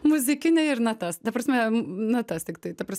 muzikinę ir natas ta prasme natas tiktai ta prasm